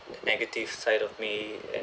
the negative side of me and